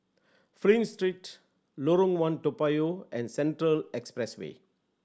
Flint Street Lorong One Toa Payoh and Central Expressway